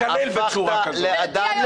אני קוראת אותך לסדר ואני מבקשת ממך לא